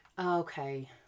Okay